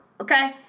Okay